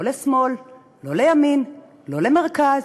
לשמאל, לא לימין, לא למרכז,